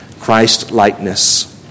Christ-likeness